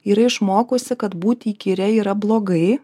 yra išmokusi kad būti įkyria yra blogai